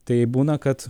tai būna kad